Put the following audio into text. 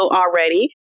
already